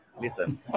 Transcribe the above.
Listen